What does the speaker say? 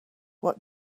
what